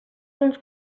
uns